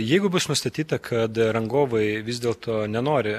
jeigu bus nustatyta kad rangovai vis dėlto nenori